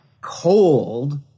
cold